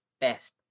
best